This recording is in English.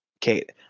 kate